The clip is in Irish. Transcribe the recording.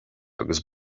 agus